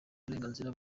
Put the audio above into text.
uburenganzira